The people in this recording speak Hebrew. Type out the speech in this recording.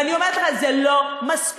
ואני אומרת לך: זה לא מספיק.